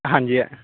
ਹਾਂਜੀ ਅ